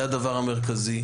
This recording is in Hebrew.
זה הדבר המרכזי.